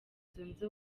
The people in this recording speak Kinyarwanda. zunze